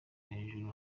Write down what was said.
hejuru